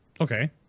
Okay